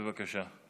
בבקשה.